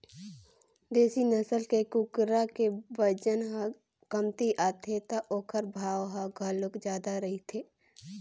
देसी नसल के कुकरा के बजन ह कमती आथे त ओखर भाव ह घलोक जादा रहिथे